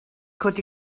could